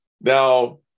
Now